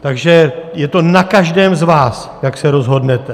Takže je to na každém z vás, jak se rozhodnete.